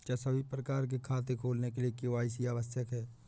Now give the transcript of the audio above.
क्या सभी प्रकार के खाते खोलने के लिए के.वाई.सी आवश्यक है?